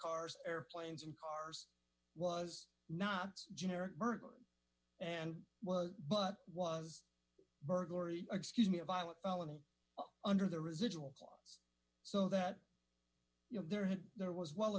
cars airplanes and cars was not generic burglary and was but was burglary excuse me a violent felony under the residual clause so that you know there had there was well